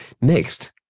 Next